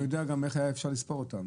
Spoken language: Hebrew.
אני יודע גם איך אפשר היה לספור אותם.